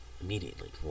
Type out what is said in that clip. immediately